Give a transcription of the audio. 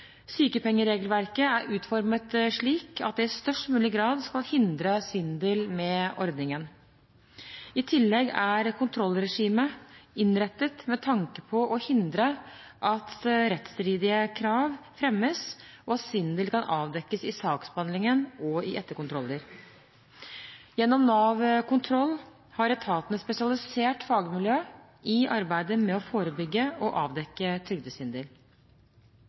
Sykepengeregelverket er utformet slik at det i størst mulig grad skal hindre svindel med ordningen. I tillegg er kontrollregimet innrettet med tanke på å hindre at rettsstridige krav fremmes, og å sørge for at svindel kan avdekkes i saksbehandlingen og i etterkontroller. Gjennom NAV Kontroll har etaten et spesialisert fagmiljø i arbeidet med å forebygge og avdekke